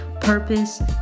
purpose